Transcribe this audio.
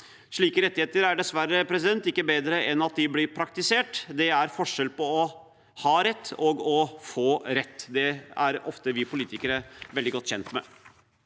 Slike rettigheter er dessverre ikke bedre enn hvordan de blir praktisert. Det er forskjell på å ha rett og å få rett – det er ofte vi politikere veldig godt kjent med.